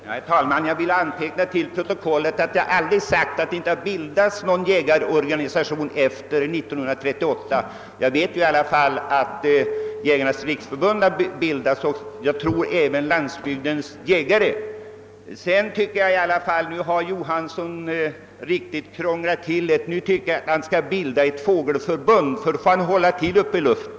Herr talman! Jag ber att få antecknat till protokollet att jag aldrig har påstått att det inte har bildats någon jägarorganisation efter 1938. Jag vet att Jägarnas riksförbund har tillkommit — och jag tror också att Landsbygdens jägare har bildats senare. Slutligen tycker jag att herr Johanson i Västervik nu har krånglat till det riktigt för sig. Därför tycker jag att han skall bilda ett fågelförbund; då får han ju hålla till uppe i luften.